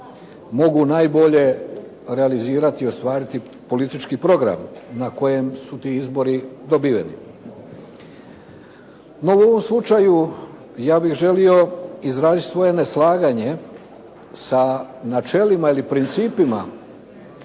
mogu najbolje realizirati i ostvariti politički program na kojem su ti izbori dobiveni. No u ovom slučaju ja bih želio izraziti svoje neslaganje sa načelima ili principima